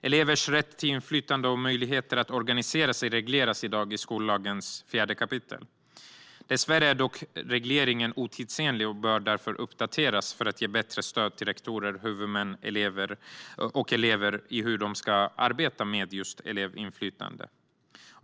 Elevers rätt till inflytande och möjligheter att organisera sig regleras i dag i skollagens 4 kap. Dessvärre är regleringen otidsenlig och bör därför uppdateras för att ge bättre stöd till rektorer, huvudmän och elever i hur de ska arbeta med elevinflytande.